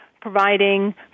providing